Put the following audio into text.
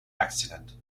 accident